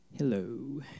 Hello